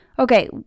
Okay